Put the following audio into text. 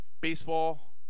Baseball